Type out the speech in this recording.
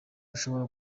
ushobora